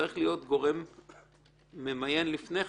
צריך להיות גורם ממיין לפני כן,